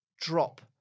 drop